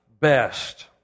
best